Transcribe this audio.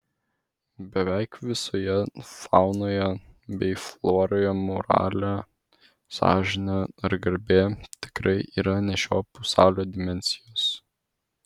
beveik visoje faunoje bei floroje moralė sąžinė ar garbė tikrai yra ne šio pasaulio dimensijos